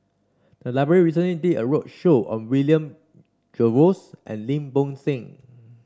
the library recently did a roadshow on William Jervois and Lim Bo Seng